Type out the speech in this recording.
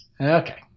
Okay